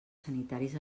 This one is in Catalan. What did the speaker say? sanitaris